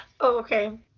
Okay